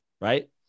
right